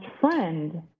friend